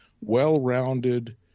well-rounded